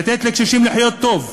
לתת לקשישים לחיות טוב,